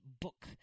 book